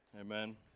Amen